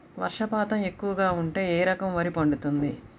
వర్షపాతం ఎక్కువగా ఉంటే ఏ రకం వరి పండుతుంది?